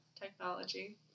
technology